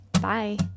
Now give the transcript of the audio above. bye